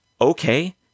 Okay